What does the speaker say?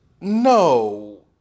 No